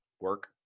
Work